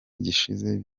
gishize